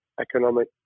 economic